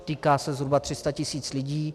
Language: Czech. Týká se zhruba 300 tisíc lidí.